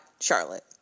Charlotte